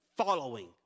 following